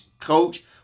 Coach